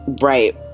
right